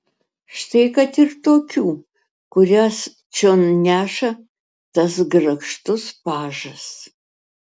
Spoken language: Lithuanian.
štai kad ir tokių kurias čion neša tas grakštus pažas